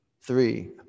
three